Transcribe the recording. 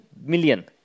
million